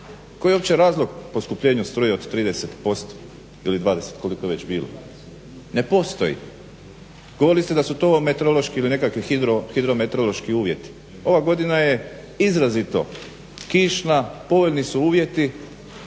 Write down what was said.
Koji je uopće razlog poskupljenja struje od 30% ili 20% koliko je već bilo. Ne postoji. Govorili ste to da su hidrometeorološki uvjeti. Ova godina je izrazito kišna, povoljni su uvjeti,